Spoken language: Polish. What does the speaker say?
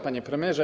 Panie Premierze!